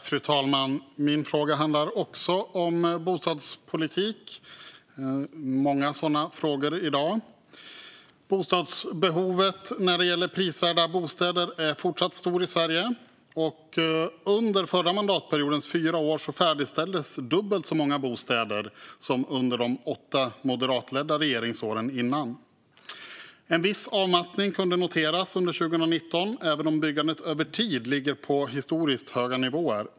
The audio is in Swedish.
Fru talman! Min fråga handlar också om bostadspolitik. Det är många sådana frågor i dag. Bostadsbehovet när det gäller prisvärda bostäder är fortfarande stort i Sverige. Under förra mandatperiodens fyra år färdigställdes dubbelt så många bostäder som under de tidigare åtta moderatledda regeringsåren. En viss avmattning kunde noteras under 2019, även om byggandet över tid ligger på historiskt höga nivåer.